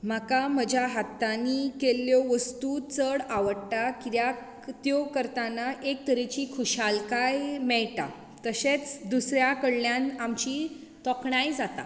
म्हाका म्हज्या हातांनी केल्ल्यो वस्तू चड आवडटा कित्याक त्यो करतना एक तरेची खुशालकाय मेळटा तशेंच दुसऱ्या कडल्यान आमची तोखणाय जाता